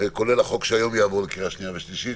כולל החוק שיעבור היום בקריאה שנייה ושלישית,